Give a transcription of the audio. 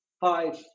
five